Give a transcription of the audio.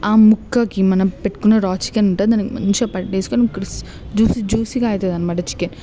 ఆ ముక్కకి మనం పెట్టుకున్న ఆ రా చికెన్ ఉంటుంది దానికి మంచిగా పట్టేసుకుని జూసీ జూసీగా అవుతుందన్నమాట చికెన్